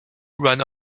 run